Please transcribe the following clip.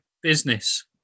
business